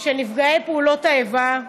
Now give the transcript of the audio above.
של נפגעי פעולות האיבה,